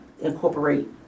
incorporate